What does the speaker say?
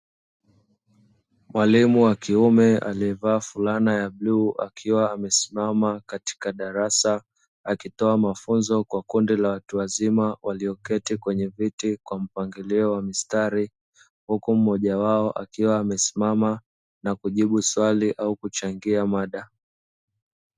Mwalimu wa kiume aliyevaa fulana ya bluu akiwa amesimama katika darasa akitoa mafunzo kwa kundi la watu wazima walioketi kwenye viti kwa mpangilio wa mistari huku mmoja wao akiwa amesimama na kujibu swali au kuchangia mada.